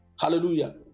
Hallelujah